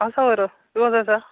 आसा बरो तूं कसो आसा